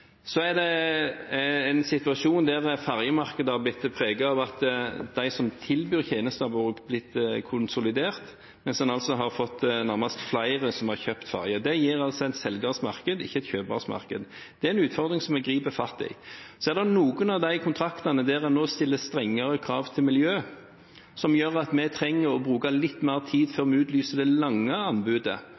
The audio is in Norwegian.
Så er det en situasjon der ferjemarkedet har blitt preget av at de som tilbyr tjenester, også har blitt konsolidert, mens en altså har fått nærmest flere som har kjøpt ferje. Det gir altså selgers marked og ikke kjøpers marked, og det er en utfordring som vi griper fatt i. Så er det noen av de kontraktene der en nå stiller strengere krav til miljø, som gjør at vi trenger å bruke litt mer tid før vi utlyser det langsiktige anbudet,